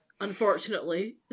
unfortunately